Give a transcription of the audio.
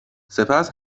سپس